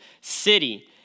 city